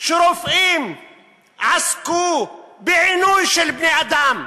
כשרופאים עסקו בעינוי של בני-אדם.